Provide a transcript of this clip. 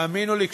האמינו לי,